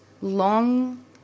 long